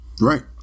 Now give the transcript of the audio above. Right